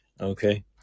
Okay